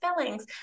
fillings